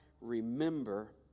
remember